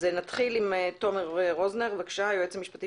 נתחיל עם תומר רוזנר, היועץ המשפטי